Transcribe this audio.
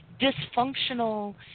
dysfunctional